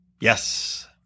Yes